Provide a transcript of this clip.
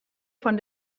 von